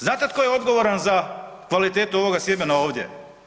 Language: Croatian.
Znate tko je odgovoran za kvalitetu ovoga sjemena ovdje?